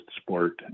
sport